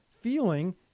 feeling